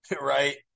right